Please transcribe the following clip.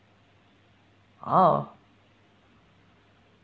oh